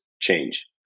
change